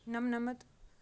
نَمنَمَتھ